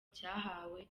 cyahawe